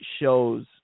shows